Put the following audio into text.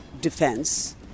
defense